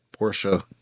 Porsche